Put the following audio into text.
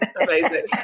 Amazing